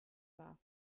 war